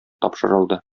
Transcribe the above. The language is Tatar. тапшырылды